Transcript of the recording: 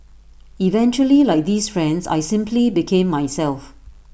eventually like these friends I simply became myself